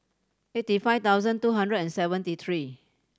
eighty five thousand two hundred and seventy three